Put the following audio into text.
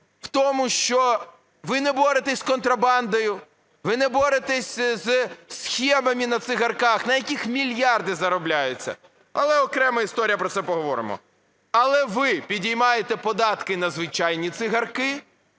в тому, що ви не боретеся із контрабандою, ви не боретеся з схемами на цигарках, на яких мільярди заробляються. Але окрема історія, про це поговоримо. Але ви підіймаєте податки на звичайні цигарки